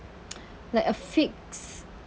like a fixed